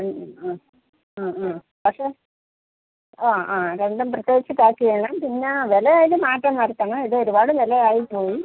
ആ ആ ആ ആ പക്ഷെ ആ ആ രണ്ടും പ്രത്യേകിച്ച് പാക്ക് ചെയ്യണം പിന്നെ വിലയിൽ മാറ്റം വരുത്തണം ഇത് ഒരുപാട് വില ആയിപ്പോയി